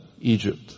Egypt